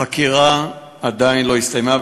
החקירה עדיין לא הסתיימה,